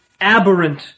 aberrant